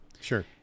Sure